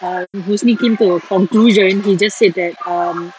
err husni came to a conclusion he just said that um